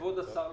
כבוד השר,